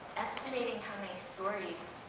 estimate how many stories,